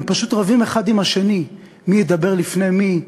הם פשוט רבים אחד עם השני מי ידבר לפני מי,